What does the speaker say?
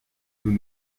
nous